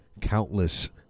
countless